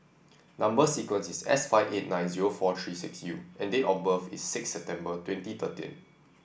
number sequence is S five eight nine zero four three six U and date of birth is six September twenty thirteen